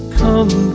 come